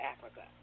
Africa